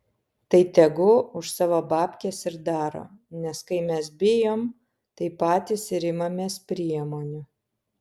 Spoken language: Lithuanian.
tai tegu už savo babkes ir daro nes kai mes bijom tai patys ir imamės priemonių